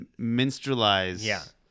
minstrelize